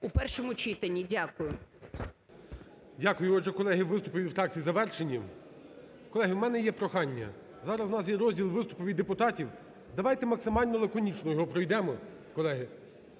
13:15:09 ГОЛОВУЮЧИЙ. Дякую. Отже, колеги, виступи від фракцій завершені. Колеги, у мене є прохання. Зараз у нас є розділ виступів від депутатів. Давайте максимально лаконічно його пройдемо, колеги.